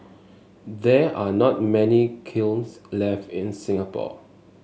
there are not many kilns left in Singapore